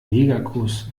negerkuss